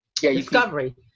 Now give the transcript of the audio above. discovery